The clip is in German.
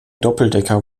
doppeldecker